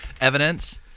evidence